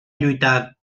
lluitar